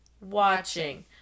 watching